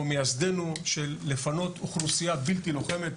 מייסדנו של לפנות אוכלוסייה בלתי לוחמת,